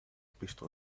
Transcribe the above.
pistol